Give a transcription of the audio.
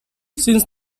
since